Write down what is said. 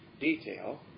detail